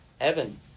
Evan